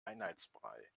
einheitsbrei